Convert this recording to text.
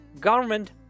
Government